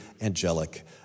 angelic